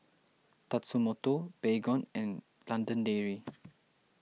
Tatsumoto Baygon and London Dairy